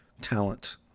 talent